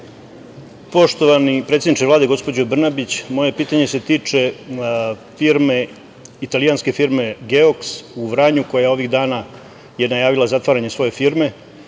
Poštovani predsedniče Vlade, gospođo Brnabić, moje pitanje se tiče italijanske firme „Geoks“ u Vranju, koja je ovih dana najavila zatvaranje svoje firme.